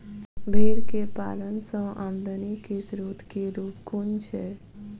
भेंर केँ पालन सँ आमदनी केँ स्रोत केँ रूप कुन छैय?